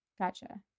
Gotcha